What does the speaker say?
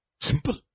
simple